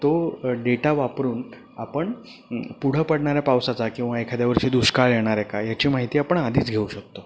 तो डेटा वापरून आपण पुढं पडणाऱ्या पावसाचा किंवा एखाद्या वर्षी दुष्काळ येणार आहे का याची माहिती आपण आधीच घेऊ शकतो